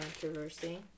controversy